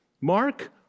Mark